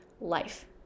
life